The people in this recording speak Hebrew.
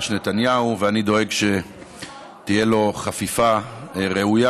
נתניהו ואני דואג שתהיה לו חפיפה ראויה,